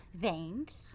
Thanks